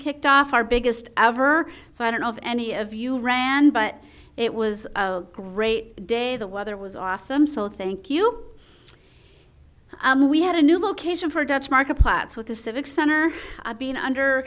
kicked off our biggest ever so i don't know if any of you ran but it was a great day the weather was awesome so thank you we had a new location for a dutch market plats with the civic center being under